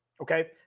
Okay